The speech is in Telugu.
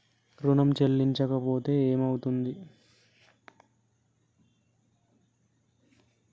ఋణం చెల్లించకపోతే ఏమయితది?